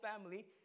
family